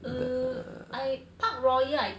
err I park royal I think